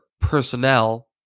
personnel